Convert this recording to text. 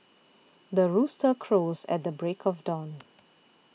the rooster crows at the break of dawn